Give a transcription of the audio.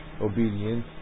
obedience